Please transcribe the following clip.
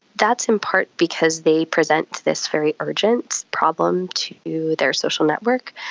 that's in part because they present this very urgent problem to their social network,